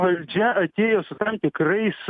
valdžia atėjo su tam tikrais